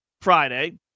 Friday